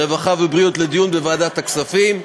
הרווחה והבריאות לדיון בוועדת הכספים.